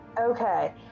Okay